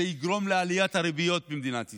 זה יגרום לעליית הריביות במדינת ישראל.